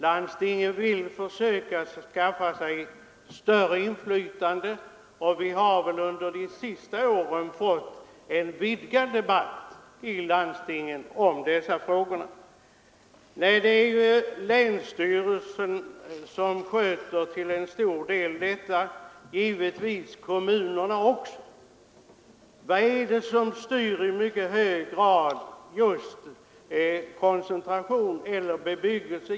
Landstingen vill försöka skaffa sig större inflytande, och vi har under de senaste åren fått en vidgad debatt i landstingen om dessa frågor. Nej, det är länsstyrelsen som till stor del sköter planeringen, och givetvis även kommunerna. Vad är det som i mycket hög grad styr just koncentrationen av bebyggelse?